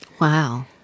Wow